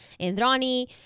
indrani